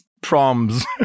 proms